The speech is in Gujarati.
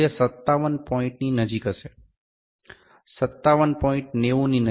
મૂલ્ય સત્તાવન પોઇન્ટની નજીક હશે તે 57